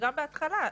וגם בהתחלה,